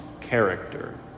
character